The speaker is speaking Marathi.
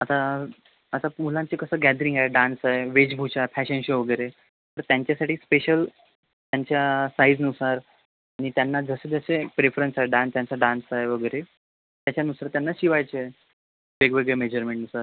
आता आता मुलांचे कसं गॅदरिंग आहे डान्स आहे वेशभूषा फॅशन शो वगैरे तर त्यांच्यासाठी स्पेशल त्यांच्या साईजनुसार आणि त्यांना जसे जसे प्रेफरन्स आहेत त्यांचा डान्स आहे वगैरे त्यांच्यानुसार त्यांना शिवायचं आहे वेगवेगळ्या मेजरमेंटनुसार